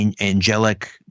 angelic